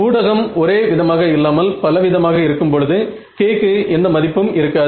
ஊடகம் ஒரே விதமாக இல்லாமல் பல விதமாக இருக்கும் பொழுது k க்கு எந்த மதிப்பும் இருக்காது